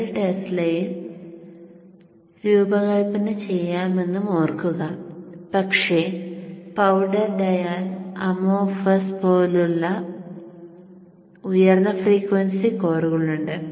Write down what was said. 2 ടെസ്ലയിൽ രൂപകൽപ്പന ചെയ്യാമെന്നും ഓർക്കുക പക്ഷേ പൌഡർ ഡയാൻ അമോർഫസ് പോലുള്ള ഉയർന്ന ഫ്രീക്വൻസി കോറുകൾ ഉണ്ട്